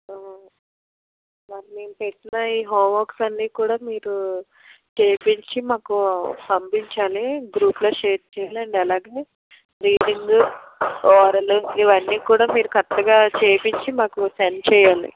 మరి మేము పెట్టిన ఈ హోంవర్క్స్ అన్నీ కూడా మీరు చేపించి మాకు పంపించాలి గ్రూపులో షేర్ చేయాలి అండ్ అలాగే రీడింగ్ ఓరల్ ఇవన్నీ కూడా మీరు కరెక్ట్గా చేపించి మాకు సెండ్ చేయాలి